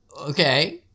Okay